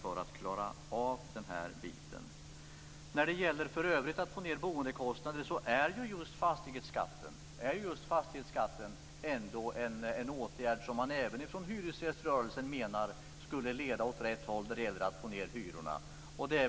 När det för övrigt gäller att få ned boendekostnaderna är en sänkning av fastighetsskatten en åtgärd som man även från hyresgäströrelsen anser skulle leda till lägre hyror.